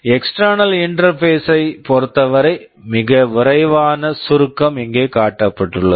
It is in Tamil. எக்ஸ்ட்டேர்னல் இன்டெர்பேஸஸ் external interfaces ஐப் பொறுத்தவரை மிக விரைவான சுருக்கம் இங்கே காட்டப்பட்டுள்ளது